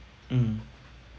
um